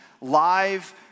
live